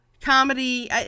comedy